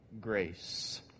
grace